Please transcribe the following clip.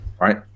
Right